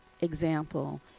example